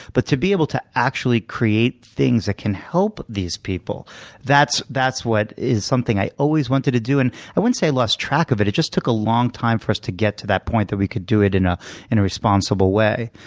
but to be able to actually create things that can help these people that's that's what is something i always wanted to do. and i wouldn't say i lost track of it. it just took a long time for us to get to the point that we could do it in ah in a responsible way.